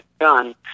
done